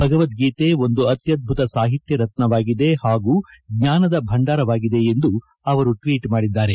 ಭಗವಧ್ಗೀತೆ ಒಂದು ಅತ್ಯದ್ದುತ ಸಾಹಿತ್ಯ ರತ್ನವಾಗಿದೆ ಹಾಗೂ ಜ್ವಾನದ ಭಂಡಾರವಾಗಿದೆ ಎಂದು ಅವರು ಟ್ವೀಟ್ ಮಾಡಿದ್ದಾರೆ